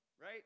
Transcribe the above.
right